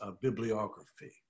bibliography